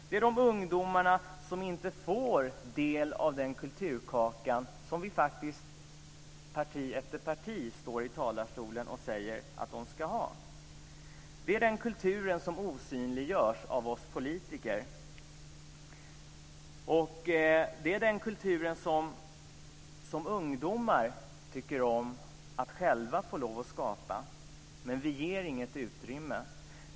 Det gäller de ungdomar som inte får del av den kulturkaka som vi, parti efter parti, står här i talarstolen och säger att de ska ha. Det gäller den kultur som osynliggörs av oss politiker. Det gäller den kultur som ungdomar tycker om att själva få lov att skapa men vi ger inget utrymme.